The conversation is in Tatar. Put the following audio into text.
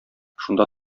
шунда